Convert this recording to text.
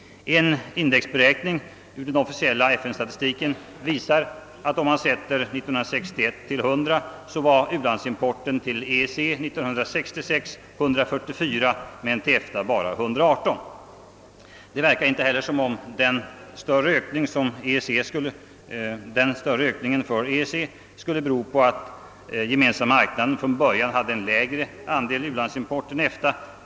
En indexberäkning i den officiella FN-statistiken visar att om man sätter 1961 års siffra till 100 var u-landsimporten 1966 till EEC 144 men till EFTA bara 118. Det verkar inte heller som om denna större ökning för EEC skulle bero på att Gemensamma marknaden från början hade en lägre andel u-landsimport än EFTA.